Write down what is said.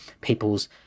people's